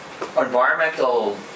environmental